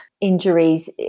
injuries